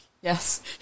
yes